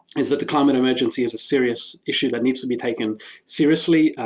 is that the climate emergency is a serious issue that needs to be taken seriously.